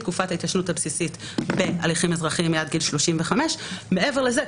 תקופת ההתיישנות הבסיסית בהליכים אזרחיים היא עד גיל 35. מעבר לזה,